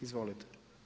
Izvolite.